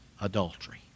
adultery